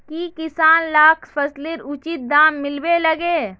की किसान लाक फसलेर उचित दाम मिलबे लगे?